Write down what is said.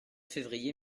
février